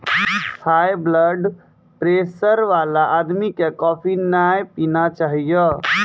high blood pressure वाला आदमी कॅ कॉफी नय पीना चाहियो